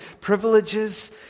privileges